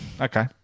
Okay